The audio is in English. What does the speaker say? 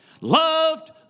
loved